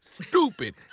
Stupid